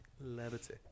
Levity